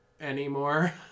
anymore